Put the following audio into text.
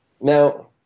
Now